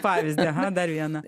pavyzdį aha dar vieną